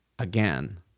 Again